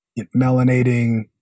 melanating